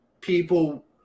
people